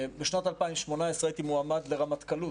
בשנת 2018 הייתי מועמד לרמטכ"לות,